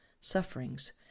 sufferings